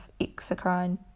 exocrine